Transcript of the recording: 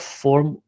form